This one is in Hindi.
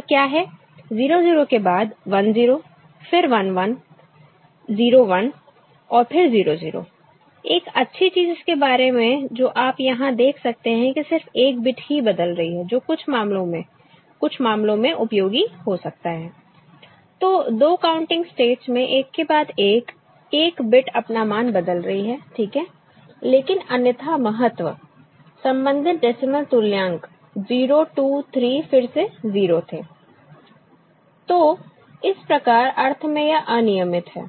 0 0 के बाद 1 0 फिर 1 1 0 1 और फिर 0 0 एक अच्छी चीज इसके बारे में जो आप यहां देख सकते हैं कि सिर्फ एक बिट ही बदल रही है जो कुछ मामलों में कुछ मामलों में उपयोगी हो सकता है तो 2 काउंटिंग स्टेट्स में एक के बाद एक एक बिट अपना मान बदल रही है ठीक है लेकिन अन्यथा महत्व संबंधित डेसिमल तुल्यांक 0 2 3 फिर से 0 थे तो इस अर्थ में यह अनियमित है